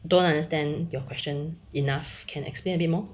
don't understand your question enough can explain a bit more